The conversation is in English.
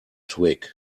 twig